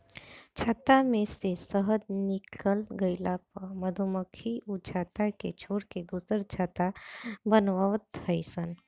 छत्ता में से शहद निकल गइला पअ मधुमक्खी उ छत्ता के छोड़ के दुसर छत्ता बनवत हई सन